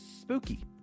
spooky